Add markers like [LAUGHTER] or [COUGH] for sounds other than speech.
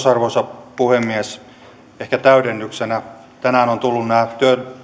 [UNINTELLIGIBLE] arvoisa puhemies ehkä täydennyksenä tänään ovat tulleet nämä